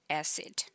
acid